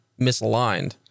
misaligned